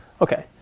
Okay